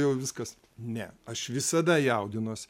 jau viskas ne aš visada jaudinuos